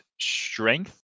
strength